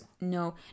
no